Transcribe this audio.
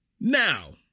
Now